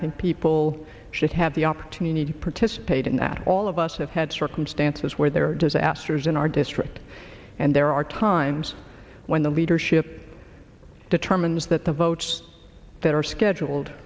think people should have the opportunity participate in that all of us have had circumstances where there are disasters in our district and there are times when the leadership determines that the votes that are scheduled